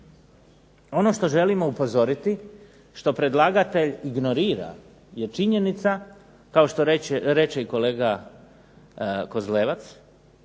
Ono što želimo upozoriti što predlagatelj ignorira je činjenica, kao što reče kolega Kozlevac,